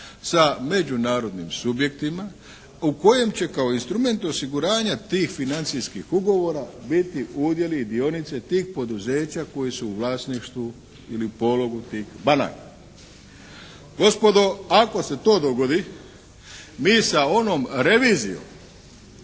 sa međunarodnim subjektima u kojem će kao instrument osiguranja tih financijskih ugovora biti udjeli i dionice tih poduzeća koji su u vlasništvu ili pologu tih banaka. Gospodo, ako se to dogodi mi sa onom revizijom